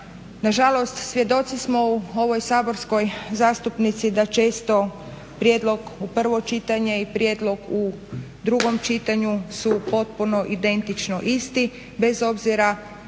Na žalost svjedoci smo u ovoj saborskoj zastupnici da često prijedlog u prvo čitanje i prijedlog u drugom čitanju su potpuno identično isti bez obzira